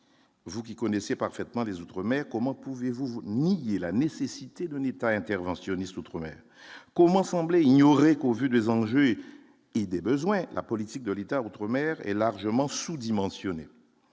vous qui connaissez parfaitement des Outre-mer : comment pouvez-vous vous ni et la nécessité d'un État interventionniste outre-mer comment semblait ignorer qu'au vu des Anglais et des besoins, la politique de l'État outre-mer est largement sous-dimensionné,